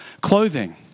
clothing